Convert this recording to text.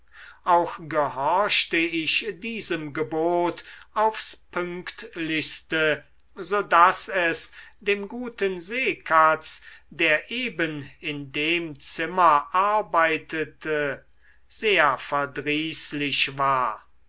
auch gehorchte ich diesem gebot aufs pünktlichste so daß es dem guten seekatz der eben in dem zimmer arbeitete sehr verdrießlich war